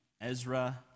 Ezra